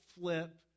flip